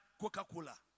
Coca-Cola